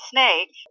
Snake